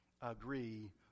agree